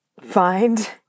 find